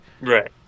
Right